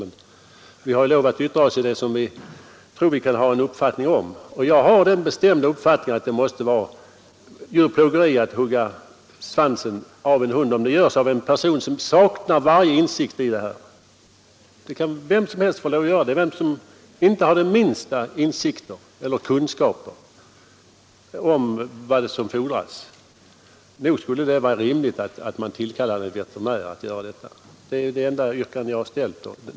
Men vi har lov att yttra oss i de frågor som vi tror att vi kan ha en uppfattning om. Jag har den bestämda uppfattningen att det måste vara djurplågeri att hugga svansen av en hund, om det görs av en person som saknar varje insikt i detta ämne. Vem som helst kan få göra det utan de minsta kunskaper om vad som fordras. Nog vore det väl rimligt att tillkalla en veterinär för att göra sådana ingrepp.